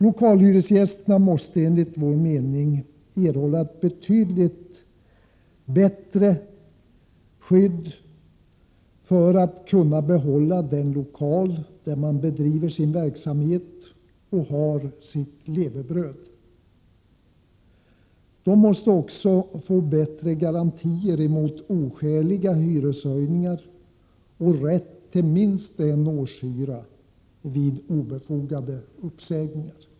Lokalhyresgästerna måste enligt vår mening erhålla ett betydligt bättre skydd för att kunna behålla den lokal där de bedriver sin verksamhet och har sitt levebröd. De måste också få bättre garantier mot oskäliga hyreshöjningar och rätt till minst en årshyra vid obefogad uppsägning.